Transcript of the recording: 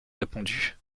répondu